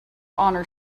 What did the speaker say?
honor